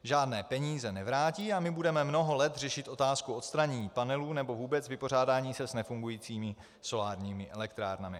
Žádné peníze nevrátí a my budeme mnoho let řešit otázku odstranění panelů nebo vůbec vypořádání se s nefungujícími solárními elektrárnami.